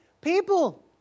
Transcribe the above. people